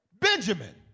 Benjamin